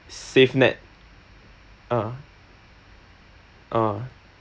safe net ah ah